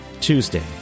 Tuesday